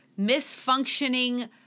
misfunctioning